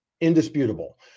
indisputable